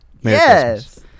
Yes